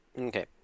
okay